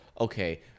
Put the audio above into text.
Okay